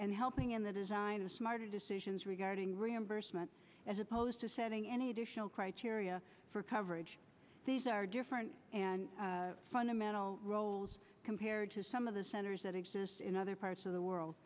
and helping in the design of smarter decisions regarding reimbursement as opposed to setting any additional criteria for coverage these are different and fundamental roles compared to some of the centers that exist in other parts of the